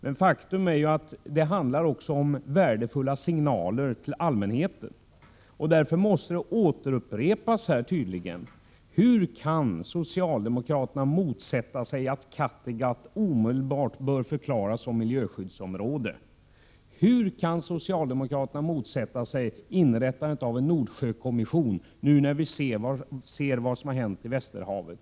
Men faktum är ju att det handlar också om värdefulla signaler till allmänheten. Därför måste det tydligen återupprepas: Hur kan socialdemokraterna motsätta sig att Kattegatt omedelbart förklaras som miljöskyddsområde? Hur kan socialdemokraterna motsätta sig inrättandet av en Nordsjökom Prot. 1987/88:134 mission, när vi nu ser vad som har hänt i Västerhavet?